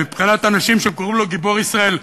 מבחינת אנשים שקוראים לו גיבור ישראל,